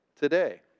today